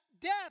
death